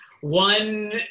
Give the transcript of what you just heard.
one